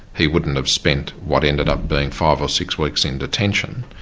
he wouldn't have spent what ended up being five or six weeks in detention.